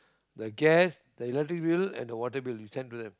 the gas the electric bill and the water bill you send to them